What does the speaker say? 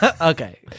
Okay